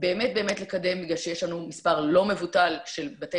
באמת לקדם בגלל שיש לנו מספר לא מבוטל של בתי